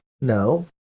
No